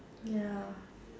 ya